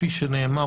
כפי שנאמר,